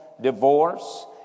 divorce